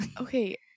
Okay